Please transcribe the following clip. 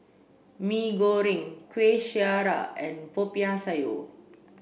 Mee Goreng Kueh Syara and Popiah Sayur